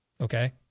Okay